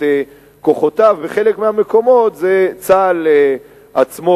כוחותיו בחלק מהמקומות זה צה"ל עצמו,